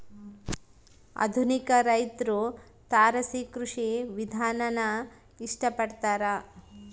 ಆಧುನಿಕ ರೈತ್ರು ತಾರಸಿ ಕೃಷಿ ವಿಧಾನಾನ ಇಷ್ಟ ಪಡ್ತಾರ